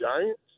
Giants